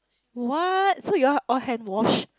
what so you all all hand wash